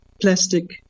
plastic